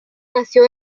nació